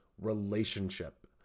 relationship